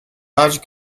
largest